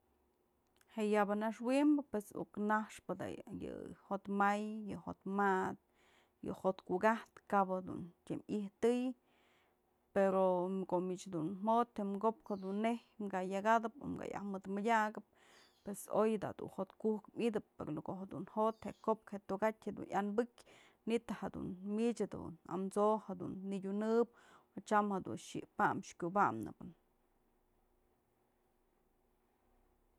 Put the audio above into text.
Je yaba naxwinbë pues u'uk naxpë dayë jotmay, yë jotmatë, yë jo'ot kuka'atë kap jedun tyëm ijtëy pero ko'o mich dun jo'ot je'e ko'op neij ka yak jadëp o ka yaj mëd mëdyakëp, pues oy da dun jo'o kuk mydëp pero në ko'o jedun je jo'ot je kopkë tokatyë jedun yanbëk manytë jedun mich jedun amso'o jedun nëdyunëp tyam jedun xi'ip pam kubam nëp.